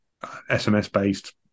SMS-based